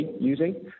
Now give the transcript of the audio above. using